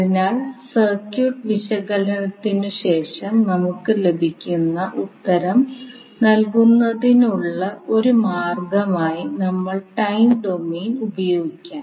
അതിനാൽ സർക്യൂട്ട് വിശകലനത്തിനുശേഷം നമുക്ക് ലഭിക്കുന്ന ഉത്തരം നൽകുന്നതിനുള്ള ഒരു മാർഗ്ഗമായി നമ്മൾ ടൈം ഡൊമെയ്ൻ ഉപയോഗിക്കാം